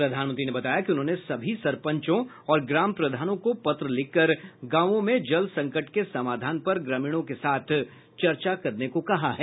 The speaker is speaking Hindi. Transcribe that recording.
प्रधानमंत्री ने बताया कि उन्होंने सभी सरपंचों और ग्राम प्रधानों को पत्र लिखकर गांवों में जल संकट के समाधान पर ग्रामीणों के साथ चर्चा करने को कहा है